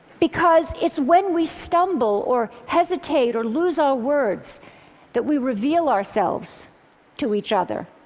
because it's when we stumble or hesitate or lose our words that we reveal ourselves to each other.